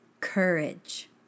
courage